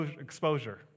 exposure